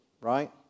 right